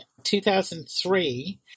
2003